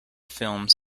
films